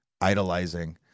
idolizing